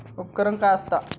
उपकरण काय असता?